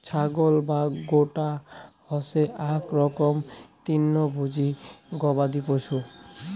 ছাগল বা গোট হসে আক রকমের তৃণভোজী গবাদি পশু